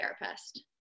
therapist